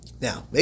Now